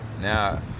Now